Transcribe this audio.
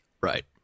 Right